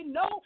no